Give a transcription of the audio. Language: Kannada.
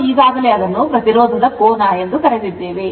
ನಾವು ಈಗಾಗಲೇ ಅದನ್ನು ಪ್ರತಿರೋಧದ ಕೋನ ಎಂದು ಕರೆದಿದ್ದೇವೆ